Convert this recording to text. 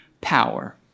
power